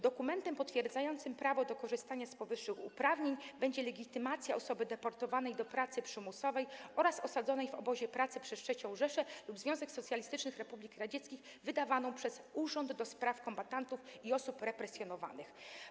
Dokumentem potwierdzającym prawo do korzystania z powyższych uprawnień będzie legitymacja osoby deportowanej do pracy przymusowej oraz osadzonej w obozie pracy przez III Rzeszę lub Związek Socjalistycznych Republik Radzieckich wydawana przez Urząd do Spraw Kombatantów i Osób Represjonowanych.